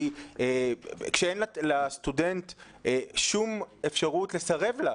כשאין לסטודנט שום אפשרות לסרב לה,